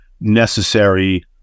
necessary